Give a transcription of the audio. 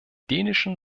dänischen